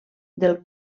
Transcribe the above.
del